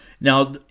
Now